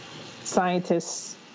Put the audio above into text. scientists